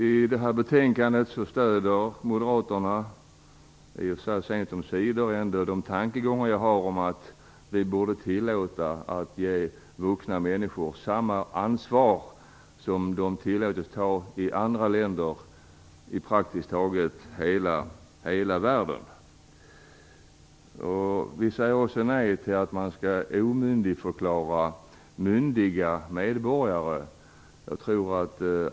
I betänkandet stöder moderaterna sent omsider ändå de tankegångar jag har om att vi borde tillåta vuxna människor att ta samma ansvar som de tillåts ta i andra länder i praktiskt taget hela världen. Vi säger också nej till att omyndigförklara myndiga medborgare.